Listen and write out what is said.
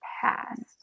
past